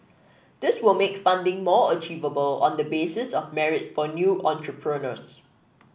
this will make funding more achievable on the basis of merit for new entrepreneurs